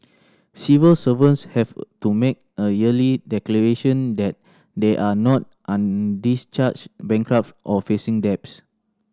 civil servants have to make a yearly declaration that they are not undischarged bankrupt or facing debts